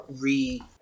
re